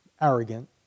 arrogant